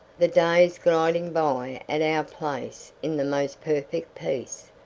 the days gliding by at our place in the most perfect peace,